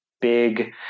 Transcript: big